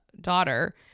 daughter